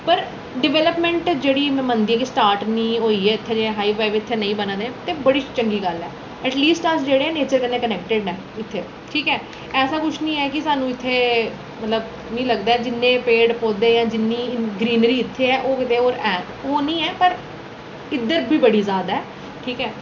पर डैपलपमैंट जेह्ड़ी मनदे न कि स्टार्ट निं होई ऐ इत्थै कि हाई वे इत्थै नेईं बनै दे न ते बड़ी चंगी गल्ल ऐ ऐटलीस्ट अस जेह्ड़े न इस्सै कन्नै कनैक्टड न इत्थै ठीक ऐ ऐसा किश निं ऐ कि स्हान्नूं इत्थै मतलब मिगी लगदा ऐ जिन्ने पेड़ पौधे जां जिन्नी ग्रीनरी इत्थै ऐ ओह् कुतै होर है ओह् निं ऐ पर इद्धर बी बड़ी जैदा ऐ ठीक ऐ